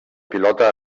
pilota